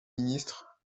ministre